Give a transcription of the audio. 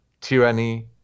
tyranny